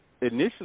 initially